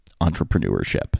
entrepreneurship